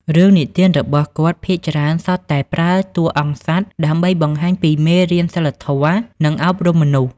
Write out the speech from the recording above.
រឿងនិទានរបស់គាត់ភាគច្រើនសុទ្ធតែប្រើតួអង្គសត្វ ដើម្បីបង្ហាញពីមេរៀនសីលធម៌ និងអប់រំមនុស្ស។